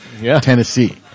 Tennessee